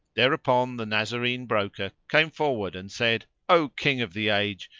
thereupon the nazarene broker came forward and said, o king of the age,